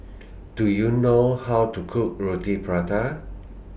Do YOU know How to Cook Roti Prata